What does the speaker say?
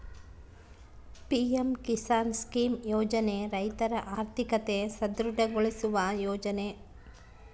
PM Kisan scheme ಯೋಜನೆ ರೈತರ ಆರ್ಥಿಕತೆ ಸದೃಢ ಗೊಳಿಸುವ ಯೋಜನೆ